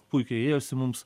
puikiai ėjosi mums